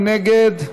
מי נגד?